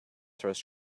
throws